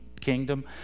kingdom